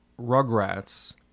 Rugrats